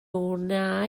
wna